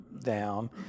down